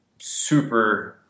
super